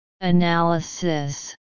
analysis